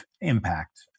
impact